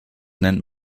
nennt